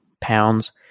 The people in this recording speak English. pounds